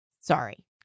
sorry